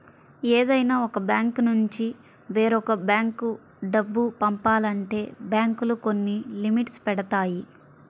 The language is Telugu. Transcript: ఏదైనా ఒక బ్యాంకునుంచి వేరొక బ్యేంకు డబ్బు పంపాలంటే బ్యేంకులు కొన్ని లిమిట్స్ పెడతాయి